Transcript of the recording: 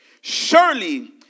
surely